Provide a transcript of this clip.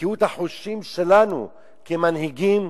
וקהות החושים שלנו, כמנהיגים,